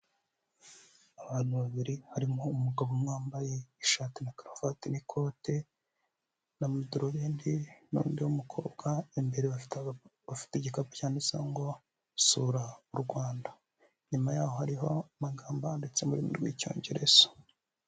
Abantu babiri harimo umugabo umwe wambaye ishati na karuvati n'ikote n'amudarubindi, n'undi mukobwa, imbere bafite igikapu cyandisaho ngo sura u Rwanda. Inyuma yaho hariho amagambo yanditse mu rurimi rw'icyongereza.